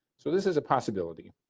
so this is a possibility.